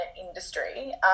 industry